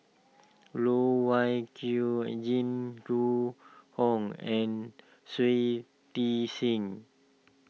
Loh Wai Kiew Jing Jun Hong and Shui Tit Sing